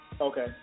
Okay